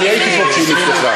אני הייתי פה כשהיא נפתחה.